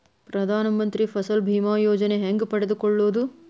ಪ್ರಧಾನ ಮಂತ್ರಿ ಫಸಲ್ ಭೇಮಾ ಯೋಜನೆ ಹೆಂಗೆ ಪಡೆದುಕೊಳ್ಳುವುದು?